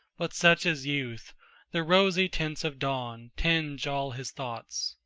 but such is youth the rosy tints of dawn tinge all his thoughts.